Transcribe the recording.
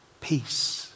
peace